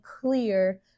clear